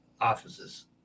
offices